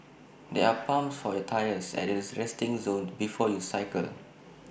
there are pumps for your tyres at this resting zone before you cycle